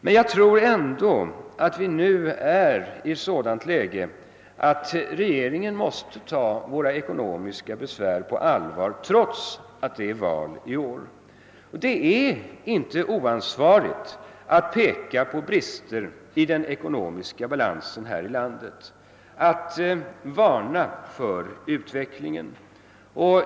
Men jag tror ändå, att vi nu befinner oss i ett sådant läge, att regeringen måste ta våra ekonomiska problem på allvar, trots att det är val i år. Det är inte oansvarigt att fästa uppmärksamheten på brister i den ekonomiska balansen här i landet och att varna för utvecklingen.